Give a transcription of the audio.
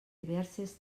diverses